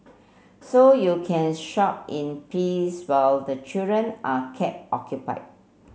so you can shop in peace while the children are kept occupied